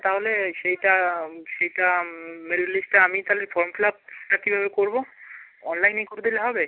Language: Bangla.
তাহলে সেইটা সেইটা মেরিট লিস্টটা আমি তালে ফর্ম ফিলাপটা কীভাবে করবো অনলাইনেই করে দিলে হবে